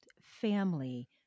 family